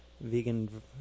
vegan